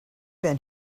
been